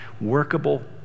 workable